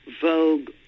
Vogue